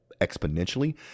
exponentially